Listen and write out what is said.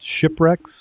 shipwrecks